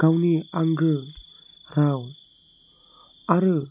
गावनि आंगो राव आरो